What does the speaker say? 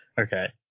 okay